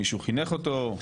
מישהו חינך אותו,